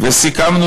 וסיכמנו